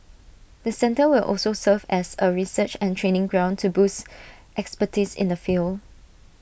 the centre will also serve as A research and training ground to boost expertise in the field